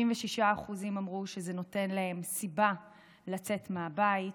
66% אמרו שזה נותן להם סיבה לצאת מהבית,